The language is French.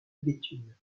béthune